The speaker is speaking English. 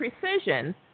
precision